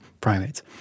primates